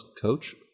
coach